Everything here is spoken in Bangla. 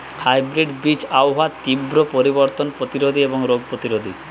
হাইব্রিড বীজ আবহাওয়ার তীব্র পরিবর্তন প্রতিরোধী এবং রোগ প্রতিরোধী